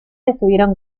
estuvieron